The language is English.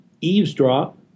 Eavesdrop